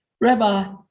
Rabbi